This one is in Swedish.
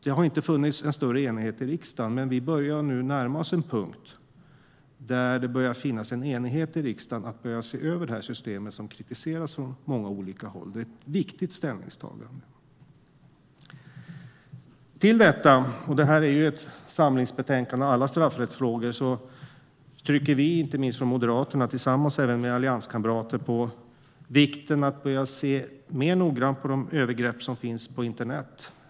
Det har inte funnits en större enighet i riksdagen, men vi närmar oss nu en punkt där det börjar finnas en enighet i riksdagen om att se över det här systemet, som kritiseras från många olika håll. Det är ett viktigt ställningstagande. Till detta - det här är ju ett samlingsbetänkande om alla straffrättsfrågor - trycker vi i Moderaterna tillsammans med allianskamrater på vikten av att börja se mer noggrant på det som sker på internet.